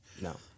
No